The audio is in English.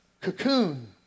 cocoon